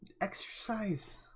exercise